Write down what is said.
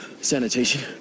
Sanitation